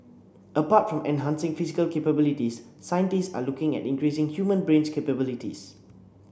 apart from enhancing physical capabilities scientists are looking at increasing human's brain capabilities